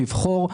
לבחור.